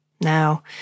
Now